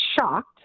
shocked